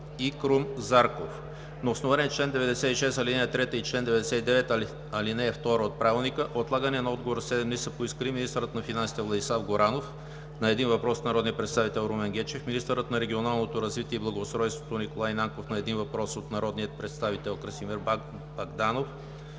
и Крум Зарков. На основание чл. 96, ал. 3 и чл. 99, ал. 2 от Правилника, отлагане на отговори със седем дни са поискали: - министърът на финансите Владислав Горанов – на един въпрос от народния представител Румен Гечев; - министърът на регионалното развитие и благоустройството Николай Нанков – на един въпрос от народния представител Красимир Богданов;